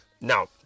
Now